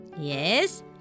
Yes